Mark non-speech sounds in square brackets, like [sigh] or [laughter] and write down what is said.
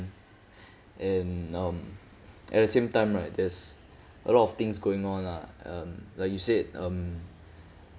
[breath] and um at the same time right there's a lot of things going on lah um like you said um